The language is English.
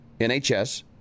NHS